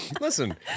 Listen